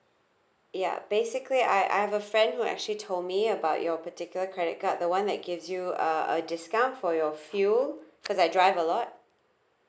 ya basically I I have a friend who actually told me about your particular credit card the one that gives you a a discount for your fuel cause I drive a lot